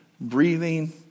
breathing